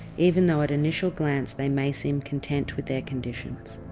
even though at initial glance they may seem content with their conditions.